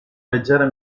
leggera